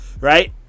right